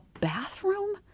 bathroom